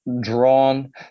drawn